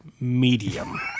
medium